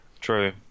True